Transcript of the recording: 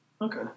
Okay